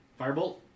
Firebolt